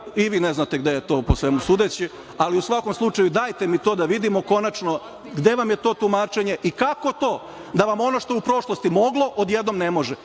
i vi ne znate gde je to po svemu sudeći, ali u svakom slučaju dajte mi to da vidimo konačno gde vam je to tumačenje i kako to da vam ono što u prošlosti moglo odjednom ne može,